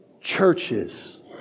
churches